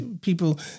people